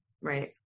right